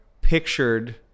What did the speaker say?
pictured